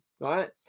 right